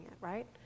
right